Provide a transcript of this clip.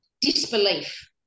disbelief